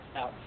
out